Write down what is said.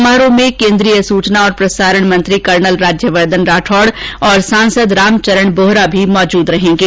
समारोह में केन्द्रीय सुचना और प्रसारण मंत्री कर्नल राज्यवर्द्वन राठौड और सांसद रामचरण बोहरा भी मौजूद रहेंगे